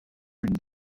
l’une